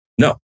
No